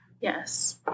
Yes